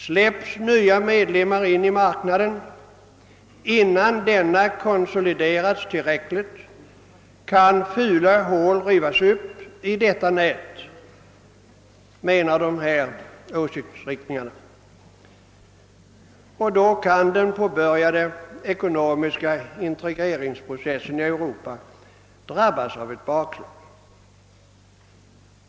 Släpps nya medlemmar in i marknaden innan denna konsoliderats tillräckligt kan fula hål rivas upp i detta nät, hävdar de här aktuella åsiktsriktningarna, och då kan den påbörjade ekonomiska integreringsprocessen i Europa drabbas av ett bakslag.